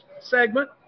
segment